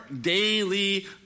daily